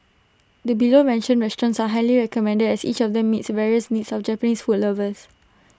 the below mentioned restaurants are highly recommended as each of them meets various needs of Japanese food lovers